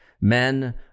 men